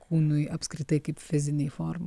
kūnui apskritai kaip fizinei formai